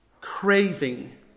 craving